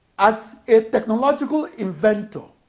as a technological inventor,